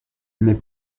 mais